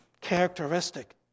characteristic